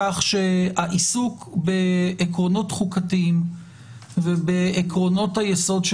כך שהעיסוק בעקרונות חוקתיים ובעקרונות היסוד של